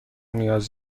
نیاز